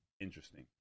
interesting